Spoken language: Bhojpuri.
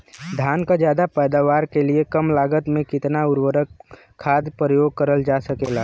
धान क ज्यादा पैदावार के लिए कम लागत में कितना उर्वरक खाद प्रयोग करल जा सकेला?